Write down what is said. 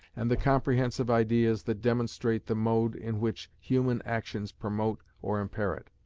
and the comprehensive ideas that demonstrate the mode in which human actions promote or impair it.